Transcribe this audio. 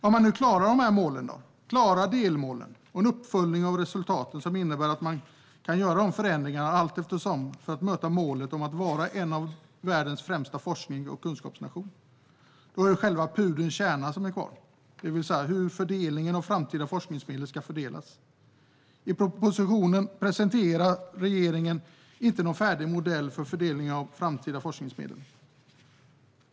Om man klarar målen och delmålen och har en uppföljning av resultaten som innebär att man kan göra förändringar allteftersom för att möta målet att vara en av världens främsta forsknings och kunskapsnationer är det själva pudelns kärna som är kvar, det vill säga hur framtida forskningsmedel ska fördelas. I propositionen presenterar regeringen inte någon färdig modell för fördelningen av framtida forskningsmedel.